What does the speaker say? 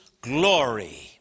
glory